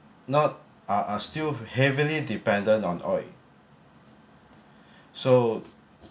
not are are still heavily dependent on oil so